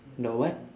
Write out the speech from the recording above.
the what